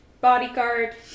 Bodyguard